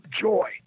joy